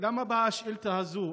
למה באה השאילתה הזאת?